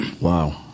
Wow